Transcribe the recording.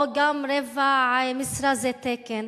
או גם רבע משרה זה תקן?